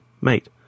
mate